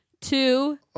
two